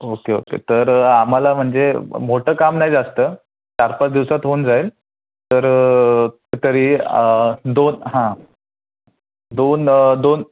okay okay तर आम्हाला म्हणजे मोठं काम नाही जास्त चार पाच दिवसात होऊन जाईल तर तरी दोन हां दोन दोन